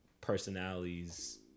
personalities